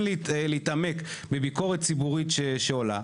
יש טונות של ביקורת על המשטרה,